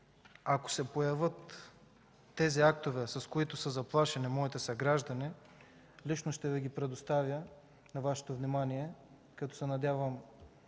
ако се появят тези актове, с които са заплашени моите съграждани, лично ще ги предоставя на Вашето внимание, като се надявам